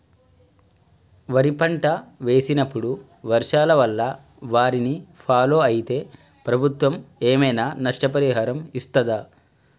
వరి పంట వేసినప్పుడు వర్షాల వల్ల వారిని ఫాలో అయితే ప్రభుత్వం ఏమైనా నష్టపరిహారం ఇస్తదా?